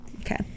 Okay